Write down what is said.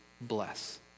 bless